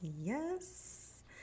yes